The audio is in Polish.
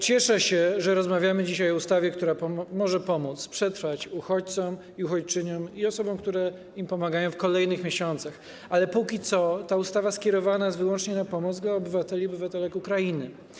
Cieszę się, że rozmawiamy dzisiaj o ustawie, która może pomóc przetrwać uchodźcom, uchodźczyniom i osobom, które im pomagają, w kolejnych miesiącach, ale ta ustawa skierowana jest wyłącznie na pomoc dla obywateli i obywatelek Ukrainy.